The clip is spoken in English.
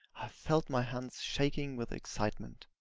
i felt my hands shaking with excitement.